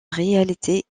réalité